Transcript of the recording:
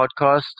podcast